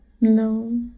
No